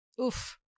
Oof